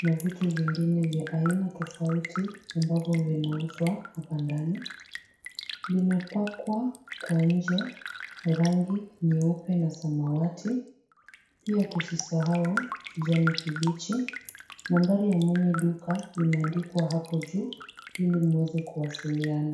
na vitu vingine vya aina tofauti ambavyo vinauzwa hapa ndani. Limepakwa kwa nje rangi nyeupe na samawati, pia tusisahau kijani kibichi. Nambari ya mwenye duka imeandikwa hapo juu ili mueze kuwasiliana.